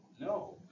No